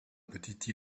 petite